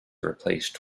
replaced